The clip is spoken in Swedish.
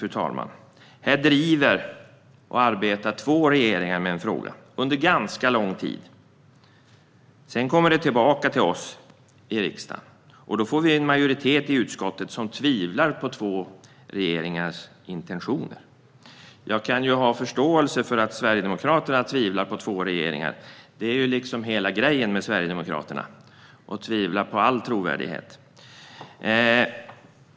Två regeringar driver och arbetar med en fråga under ganska lång tid. När frågan sedan kommer tillbaka till oss i riksdagen får vi en majoritet i utskottet som tvivlar på två regeringars intentioner. Jag kan ha förståelse för att Sverigedemokraterna tvivlar på två regeringar. Det är liksom Sverigedemokraternas grej, att tvivla på all trovärdighet.